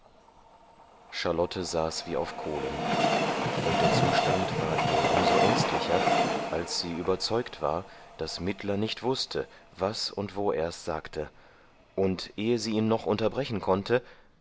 charlotte saß wie auf kohlen und der zustand war ihr um so ängstlicher als sie überzeugt war daß mittler nicht wußte was und wo ers sagte und ehe sie ihn noch unterbrechen konnte